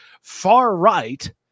far-right